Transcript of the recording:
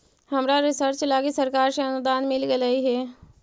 हमरा रिसर्च लागी सरकार से अनुदान मिल गेलई हे